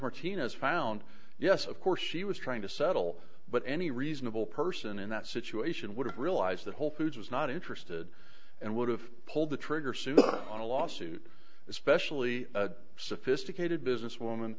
martinez found yes of course she was trying to settle but any reasonable person in that situation would have realized the whole foods was not interested and would have pulled the trigger soon on a lawsuit especially sophisticated business woman